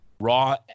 Raw